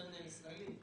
הקונצרני הישראלי.